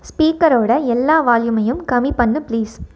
ஸ்பீக்கரோடய எல்லா வால்யூமையும் கம்மி பண்ணு பிளீஸ்